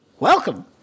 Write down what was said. Welcome